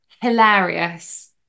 hilarious